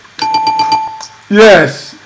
Yes